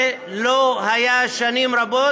זה לא היה שנים רבות.